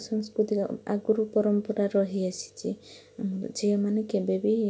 ସାଂସ୍କୃତିକ ଆଗରୁ ପରମ୍ପରା ରହିଆସିଛି ଝିଅମାନେ କେବେ ବି